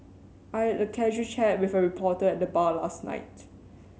I had a casual chat with a reporter at the bar last night